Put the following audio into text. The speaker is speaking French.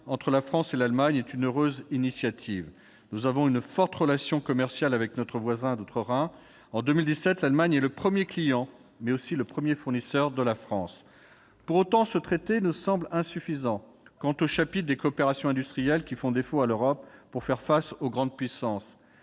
entre la France et l'Allemagne, comme une heureuse initiative. Nous avons une forte relation commerciale avec notre voisin d'outre-Rhin. En 2017, l'Allemagne est le premier client, mais aussi le premier fournisseur de la France. Pour autant, ce traité nous semble insuffisant quant au chapitre des coopérations industrielles qui font défaut à l'Europe pour faire face aux grandes puissances.